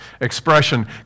expression